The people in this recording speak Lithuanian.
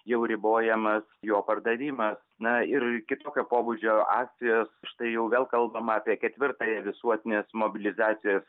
jau ribojamas jo pardavimas na ir kitokio pobūdžio akcijos štai jau vėl kalbama apie ketvirtąją visuotinės mobilizacijos